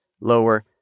lower